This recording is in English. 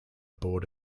board